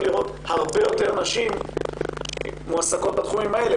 לראות הרבה יותר נשים מועסקות בתחומים האלה.